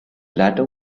latter